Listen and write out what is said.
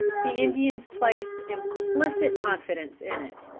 the indians placed implicit confidence in it.